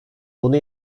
bunu